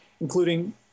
including